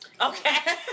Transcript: Okay